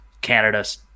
Canada's